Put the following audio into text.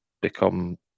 become